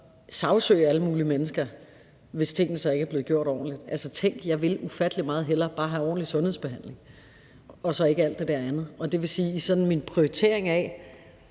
sagsøge alle mulige mennesker, hvis tingene ikke er blevet gjort ordentligt. Og tænk, jeg vil ufattelig meget hellere bare have en ordentlig sundhedsbehandling og så ikke alt det der andet. Og det vil sige, at i min prioritering af,